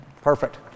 perfect